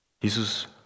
Jesus